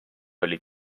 oli